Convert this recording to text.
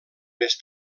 més